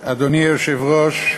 היושב-ראש,